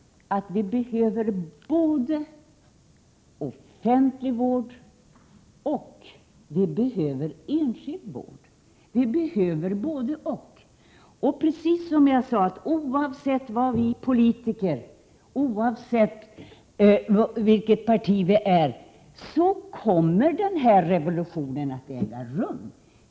Vi behöver offentlig vård, och vi behöver enskild vård. Vi behöver både—och. Som jag sade tidigare: Oavsett vad vi politiker står för och oavsett vilket parti vi tillhör, så kommer den här revolutionen att äga rum.